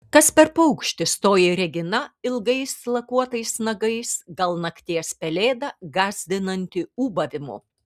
kas per paukštis toji regina ilgais lakuotais nagais gal nakties pelėda gąsdinanti ūbavimu